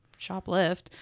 shoplift